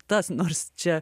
tas nors čia